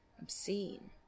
Obscene